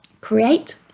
create